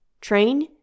Train